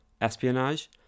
espionage